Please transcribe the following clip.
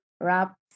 wrap